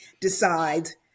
decides